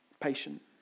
patient